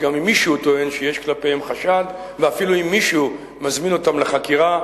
שגם אם מישהו טוען שיש כלפיהם חשד ואפילו אם מישהו מזמין אותם לחקירה,